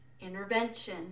intervention